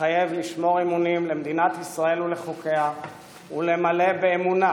מתחייב לשמור אמונים למדינת ישראל ולחוקיה ולמלא באמונה